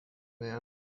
man